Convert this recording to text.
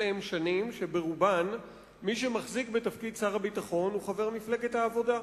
אלה שנים שברובן מי שמחזיק בתפקיד שר הביטחון הוא חבר מפלגת העבודה,